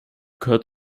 gehört